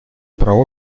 про